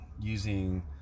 using